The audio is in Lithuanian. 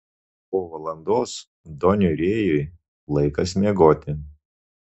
po valandos doniui rėjui laikas miegoti